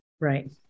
Right